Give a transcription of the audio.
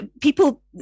people